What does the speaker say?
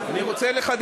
אני הולך,